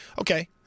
okay